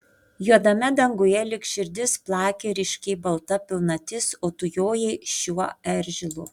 juodame danguje lyg širdis plakė ryškiai balta pilnatis o tu jojai šiuo eržilu